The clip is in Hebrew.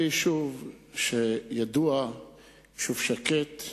ביישוב שידוע כיישוב שקט,